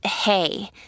hey